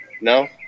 No